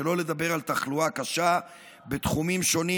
שלא לדבר על תחלואה קשה בתחומים שונים,